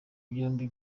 byombi